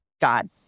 God